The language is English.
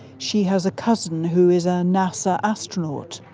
she has a cousin who is a nasa astronaut.